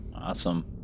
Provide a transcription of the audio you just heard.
awesome